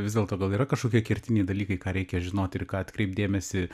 vis dėlto gal yra kažkokie kertiniai dalykai ką reikia žinoti ir į ką atkreipt dėmesį